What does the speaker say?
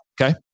Okay